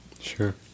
Sure